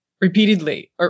repeatedly